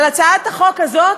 אבל הצעת החוק הזאת